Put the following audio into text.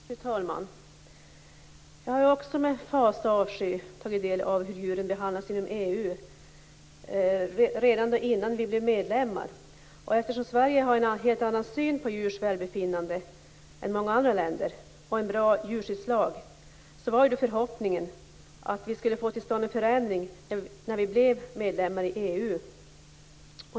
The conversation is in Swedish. Fru talman! Jag har också, redan innan vi blev medlemmar i EU, med fasa och avsky tagit del av hur djur behandlas inom EU. Eftersom vi i Sverige har en helt annan syn på djurs välbefinnande än i andra länder och en bra djurskyddslag, var förhoppningen att vi skulle få till stånd en förändring i samband med att vi blev medlemmar i EU.